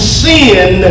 sin